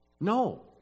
No